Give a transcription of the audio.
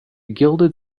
gilded